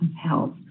health